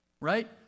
right